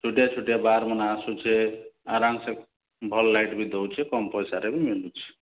ଛୋଟିଆ ଛୋଟିଆ ବାର୍ମାନେ ଆସୁଛେ ଆରାମ୍ସେ ଭଲ୍ ଲାଇଟ୍ ବି ଦେଉଛେ କମ୍ ପଇସାରେ ବି ମିଲୁଛେ